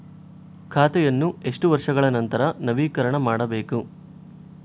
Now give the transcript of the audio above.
ಖಾತೆಯನ್ನು ಎಷ್ಟು ವರ್ಷಗಳ ನಂತರ ನವೀಕರಣ ಮಾಡಬೇಕು?